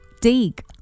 Dig